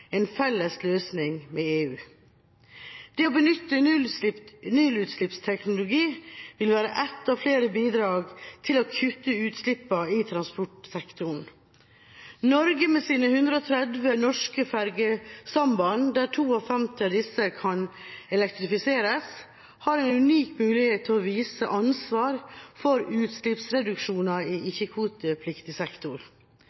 en felles løsning med EU. Det å benytte nullutslippsteknologi vil være ett av flere bidrag til å kutte utslippene i transportsektoren. Norge med sine 130 norske fergesamband – der 52 av disse kan elektrifiseres – har en unik mulighet til å vise ansvar for utslippsreduksjoner i ikke-kvotepliktig sektor.